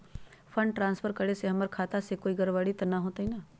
Fund transfer करे से हमर खाता में कोई गड़बड़ी त न होई न?